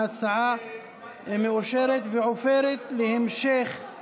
ההצעה להעביר את הצעת חוק הצעת חוק העונשין (תיקון,